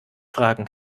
fragen